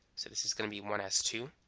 so this is gonna be one s two.